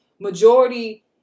majority